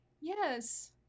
Yes